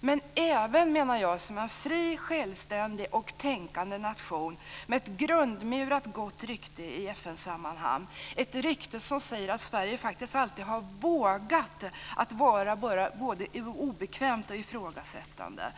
och även som en fri och självständigt tänkande nation med ett grundmurat gott rykte i FN sammanhang, ett rykte som säger att Sverige faktiskt alltid vågat vara både obekvämt och ifrågasättande.